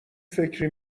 فکری